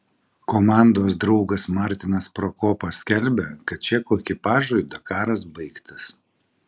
komandos draugas martinas prokopas skelbia kad čekų ekipažui dakaras baigtas